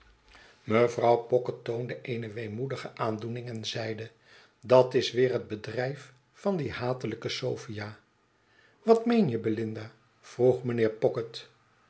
mevrouw pocket toonde eene weemoedige aandoening en zeide dat is weer het bedrijf van die hatelijke sophia wat meen je belinda vroeg mijnheer